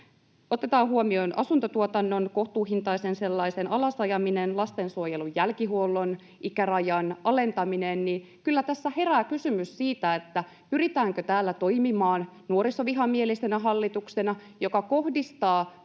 otetaan huomioon asuntotuotannon, kohtuuhintaisen sellaisen, alasajaminen, lastensuojelun jälkihuollon ikärajan alentaminen, niin kyllä tässä herää kysymys siitä, pyritäänkö täällä toimimaan nuorisovihamielisenä hallituksena, joka kohdistaa